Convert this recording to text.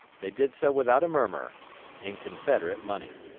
they did so without a murmur in confederate money.